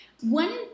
one